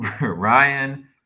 Ryan